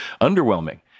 underwhelming